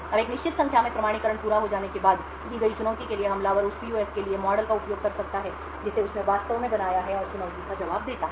अब एक निश्चित संख्या में प्रमाणीकरण पूरा हो जाने के बाद दी गई चुनौती के लिए हमलावर उस PUF के लिए मॉडल का उपयोग कर सकता है जिसे उसने वास्तव में बनाया है और चुनौती का जवाब देता है